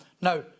Now